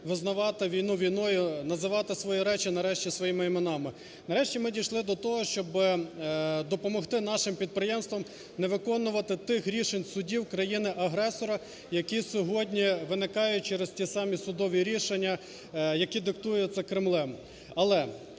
визнавати війну війною, називати свої речі нарешті своїми іменами. Нарешті ми дійшли до того, щоби допомогти нашим підприємствам не виконувати тих рішень судів країни-агресора, які сьогодні виникають через ті самі судові рішення, які диктуються Кремлем.